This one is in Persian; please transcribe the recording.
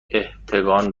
احتقان